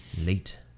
Late